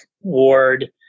ward